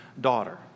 daughter